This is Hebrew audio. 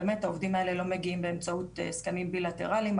באמת העובדים האלה לא מגיעים באמצעות הסכמים בילטרליים,